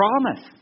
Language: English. promise